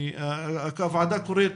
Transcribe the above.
הוועדה קוראת